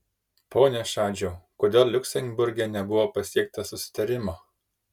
pone šadžiau kodėl liuksemburge nebuvo pasiekta susitarimo